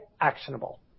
actionable